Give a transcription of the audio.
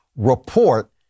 report